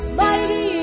mighty